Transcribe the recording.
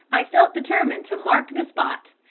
i felt determined to mark the spot,